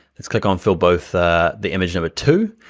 let's click on fill both the the image number two,